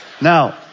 Now